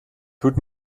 tut